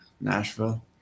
Nashville